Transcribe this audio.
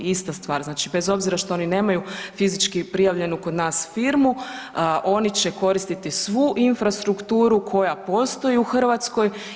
Ista stvar znači bez obzira što oni nemaju fizički prijavljenu kod nas firmu oni će koristiti svu infrastrukturu koja postoji u Hrvatskoj.